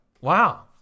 Wow